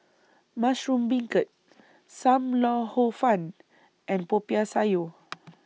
Mushroom Beancurd SAM Lau Hor Fun and Popiah Sayur